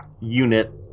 unit